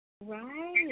Right